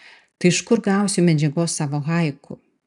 tai iš kur gausiu medžiagos savo haiku